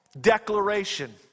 declaration